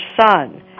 son